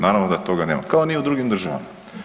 Naravno da toga nema kao ni u drugim državama.